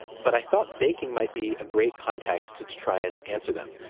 but i thought baking might be a great context to to try and answer them.